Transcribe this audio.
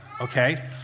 okay